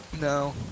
No